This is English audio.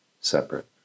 separate